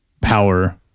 power